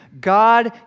God